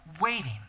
waiting